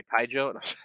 Kaijo